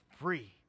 free